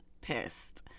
pissed